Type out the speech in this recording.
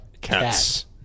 Cats